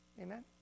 amen